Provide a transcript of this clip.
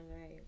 right